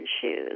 Shoes